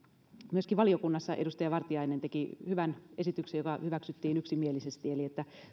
myöskin valiokunnassa edustaja vartiainen teki hyvän esityksen joka hyväksyttiin yksimielisesti